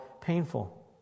painful